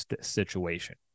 situation